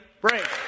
break